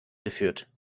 geführt